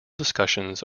discussions